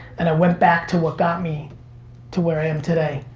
and i went back to what got me to where i am today,